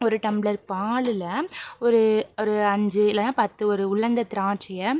ஒரு டம்பளர் பாலில் ஒரு ஒரு அஞ்சு இல்லைனா பத்து ஒரு உலர்ந்த திராட்சையை